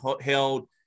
held